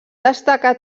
destacar